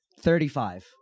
Thirty-five